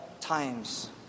times